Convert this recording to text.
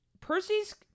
Percy's